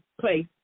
place